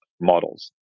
models